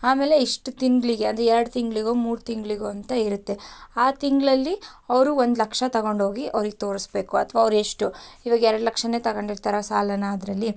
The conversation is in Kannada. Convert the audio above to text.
ಆಮೇಲೆ ಇಷ್ಟು ತಿಂಗಳಿಗೆ ಅದು ಎರಡು ತಿಂಗಳಿಗೋ ಮೂರು ತಿಂಗಳಿಗೋ ಅಂತ ಇರತ್ತೆ ಆ ತಿಂಗಳಲ್ಲಿ ಅವರು ಒಂದು ಲಕ್ಷ ತಗೊಂಡೋಗಿ ಅವರಿಗೆ ತೋರಿಸ್ಬೇಕು ಅಥವಾ ಅವರು ಎಷ್ಟು ಇವಾಗ ಎರಡು ಲಕ್ಷನೇ ತಗೊಂಡಿರ್ತಾರೆ ಸಾಲನ ಅದರಲ್ಲಿ